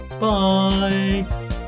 bye